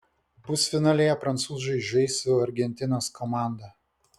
pusfinalyje prancūzai žais su argentinos komanda